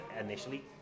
initially